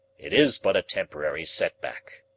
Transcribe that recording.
it is but a temporary setback,